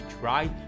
try